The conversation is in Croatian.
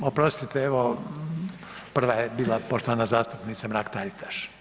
A, oprostite, evo prva je bila poštovana zastupnica Mrak-Taritaš.